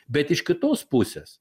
bet iš kitos pusės